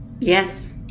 Yes